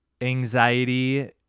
anxiety